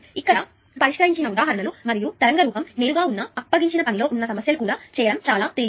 ఇక్కడ పరిష్కరించిన ఉదాహరణలు మరియు తరంగ రూపం నేరుగా ఉన్న అప్పగించిన పని లో ఉన్న సమస్యలు కూడా చేయడం చాలా తేలిక